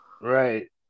right